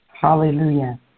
Hallelujah